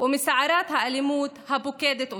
ומסערת האלימות הפוקדת אותנו.